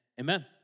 Amen